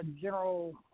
general